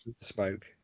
smoke